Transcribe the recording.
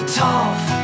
tough